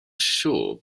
siŵr